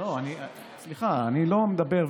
סליחה אני לא מדבר,